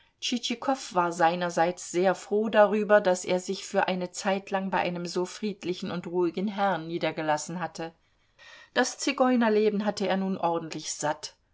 tschitschikow war seinerseits sehr froh darüber daß er sich für eine zeitlang bei einem so friedlichen und ruhigen herrn niedergelassen hatte das zigeunerleben hatte er nun ordentlich satt